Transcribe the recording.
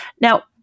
Now